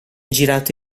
girato